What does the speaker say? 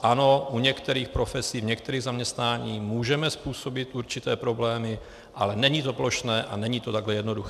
Ano, u některých profesí, v některých zaměstnáních můžeme způsobit určité problémy, ale není to plošné a není to takhle jednoduché.